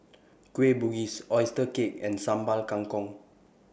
Kueh Bugis Oyster Cake and Sambal Kangkong